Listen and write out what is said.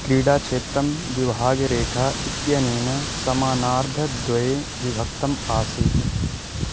क्रीडाक्षेत्रं विभागरेखा इत्यनया समानार्धद्वये विभक्तम् आसीत्